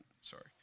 sorry